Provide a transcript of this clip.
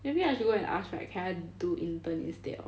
maybe I should go and ask right can I do intern instead of